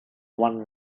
one